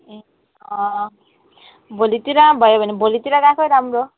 अँ भोलितिर भयो भने भोलितिर गएकै राम्रो